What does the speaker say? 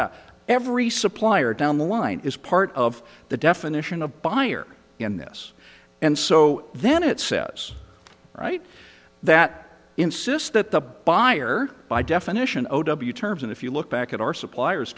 about every supplier down the line is part of the definition of buyer in this and so then it says right that insists that the buyer by definition o w terms and if you look back at our suppliers